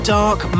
dark